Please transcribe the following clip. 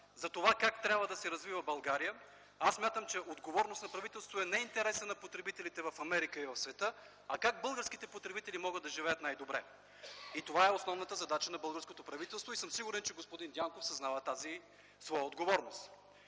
за това как трябва да се развива България, аз смятам, че отговорност на правителството е не интересът на потребителите в Америка и в света, а как българските потребители могат да живеят най-добре. Това е основната задача на българското правителство и съм сигурен, че господин Дянков съзнава тази своя отговорност.